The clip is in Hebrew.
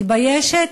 מתביישת